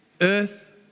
earth